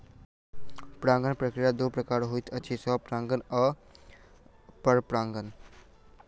परागण प्रक्रिया दू प्रकारक होइत अछि, स्वपरागण आ परपरागण